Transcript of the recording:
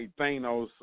Thanos